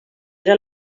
era